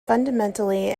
fundamentally